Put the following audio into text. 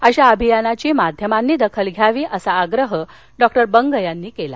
अशा अभियानाची माध्यमांनी दखल घ्यावी असा आग्रह डॉक्टर बंग यांनी केला